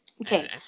Okay